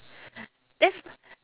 that's